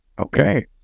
Okay